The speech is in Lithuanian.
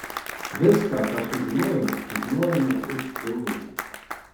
viską ką sužinojome sužinojome iš eunuchų